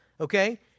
okay